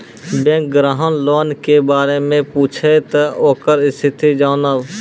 Bank ग्राहक loan के बारे मैं पुछेब ते ओकर स्थिति जॉनब?